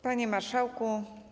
Panie Marszałku!